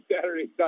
Saturday